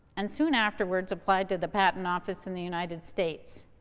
and soon afterwards applied to the patent office in the united states